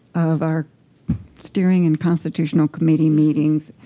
of our steering and constitutional committee meetings.